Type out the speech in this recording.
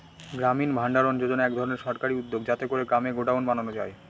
গ্রামীণ ভাণ্ডারণ যোজনা এক ধরনের সরকারি উদ্যোগ যাতে করে গ্রামে গডাউন বানানো যায়